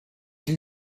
ils